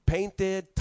Painted